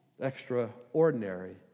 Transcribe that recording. Extraordinary